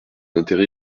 intérêt